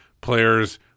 players